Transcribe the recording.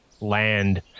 land